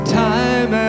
time